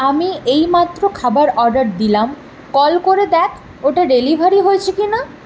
আমি এইমাত্র খাবার অর্ডার দিলাম কল করে দেখ ওটা ডেলিভারি হয়েছে কি না